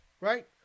Right